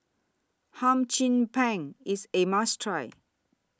Hum Chim Peng IS A must Try